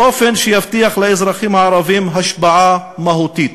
באופן שיבטיח לאזרחים הערבים השפעה מהותית,